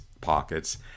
pockets